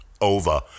over